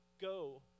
go